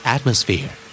Atmosphere